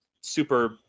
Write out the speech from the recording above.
super